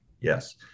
Yes